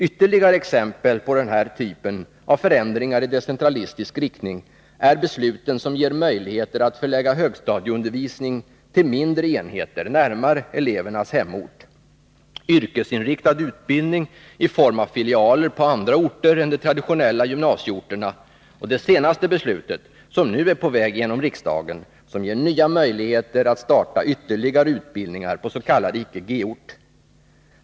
Ytterligare exempel på den här typen av förändringar i decentralistisk riktning är besluten som ger möjligheter att förlägga högstadieundervisning till mindre enheter närmare elevernas hemort, beslutet om yrkesinriktad utbildning i form av filialer på andra orter än de traditionella gymnasieorterna och det senaste beslutet, som nu är på väg genom riksdagen och som ger nya möjligheter att starta ytterligare utbildning på s.k. icke-G-ort.